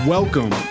Welcome